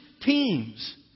teams